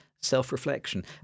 self-reflection